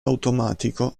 automatico